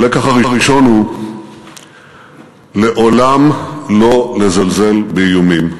הלקח הראשון הוא לעולם לא לזלזל באיומים,